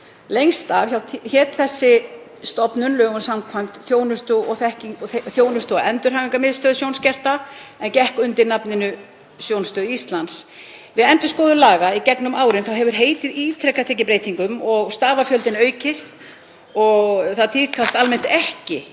Lengst af hét þessi stofnun lögum samkvæmt Þjónustu- og endurhæfingarmiðstöð sjónskertra en gekk undir nafninu Sjónstöðin. Við endurskoðun laga í gegnum árin hefur heitið ítrekað tekið breytingum og stafafjöldinn aukist. Það tíðkast almennt ekki